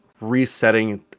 resetting